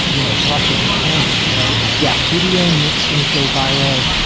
you know, brushes and canvas, right? yeah. video makes things go viral,